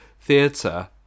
theatre